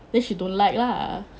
then she don't like lah